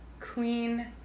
Queen